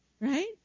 right